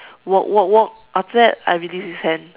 walk walk walk after that I release his hand